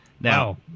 Now